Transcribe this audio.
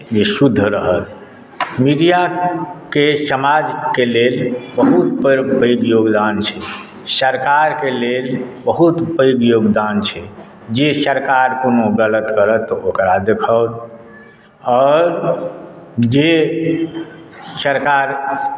विशुद्ध रहत मीडियाके समाजके लेल बहुत पैघ योगदान छै सरकारके लेल बहुत पैघ योगदान छै जे सरकार कोनो गलत करत ओकरा देखाओत आओर जे सरकार